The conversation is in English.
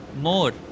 more